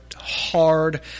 hard